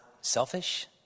selfish